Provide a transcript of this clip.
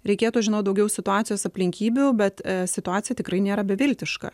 reikėtų žinot daugiau situacijos aplinkybių bet situacija tikrai nėra beviltiška